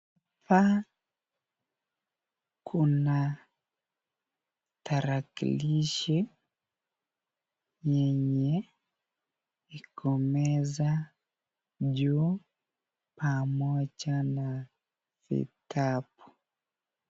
Kuna tarakilishi yenye iko meza juu pamoja na vitabu